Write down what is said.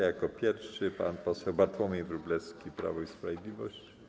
Jako pierwszy pan poseł Bartłomiej Wróblewski, Prawo i Sprawiedliwość.